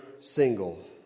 single